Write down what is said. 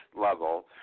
level